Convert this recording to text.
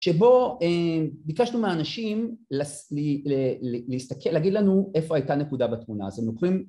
שבו ביקשנו מהאנשים להגיד לנו איפה הייתה נקודה בתמונה הזו